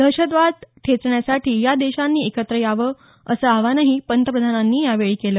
दहशतवाद ठेचण्यासाठी या देशांनी एकत्र यावं असं आवाहनही पंतप्रधानांनी यावेळी केलं